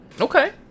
Okay